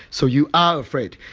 so you are afraid.